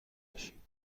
بشیم